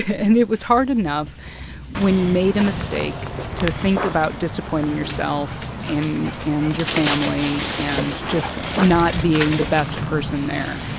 and it was hard enough when you made a mistake to think about disappointing yourself and your family and just not being the best person there.